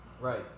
Right